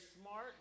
smart